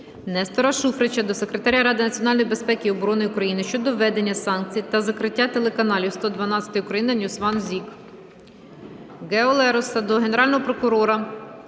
Нестора Шуфрича до Секретаря Ради національної безпеки і оборони України щодо введення санкцій та закриття телеканалів "112 Україна", "NewsOne", "ZIK". Гео Лероса до генерального директора